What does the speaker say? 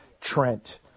Trent